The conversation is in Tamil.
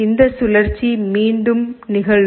இந்த சுழற்சி மீண்டும் நிகழும்